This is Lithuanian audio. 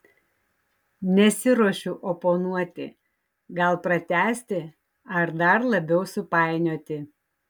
nesiruošiu oponuoti gal pratęsti ar dar labiau supainioti